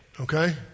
Okay